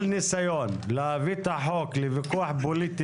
כל ניסיון להביא את החוק לוויכוח פוליטי